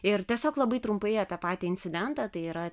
ir tiesiog labai trumpai apie patį incidentą tai yra